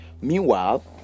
Meanwhile